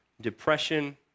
depression